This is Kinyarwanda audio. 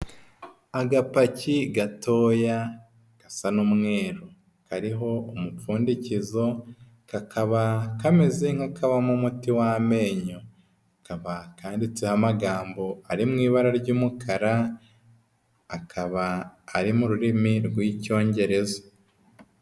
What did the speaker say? Agapaki gatoya gasa n'umweru kariho umupfundikizo, kakaba kameze nk'akabamo umuti w'amenyo. Kababa kanditseho amagambo ari mu ibara ry'umukara, akaba ari mu rurimi rw'icyongereza.